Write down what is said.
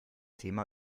thema